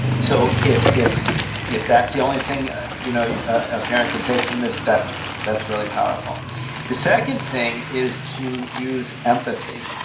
so if if if that's the only thing you know a parent can take from this, that's that's really powerful the second thing is to use empathy,